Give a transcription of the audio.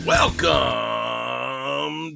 welcome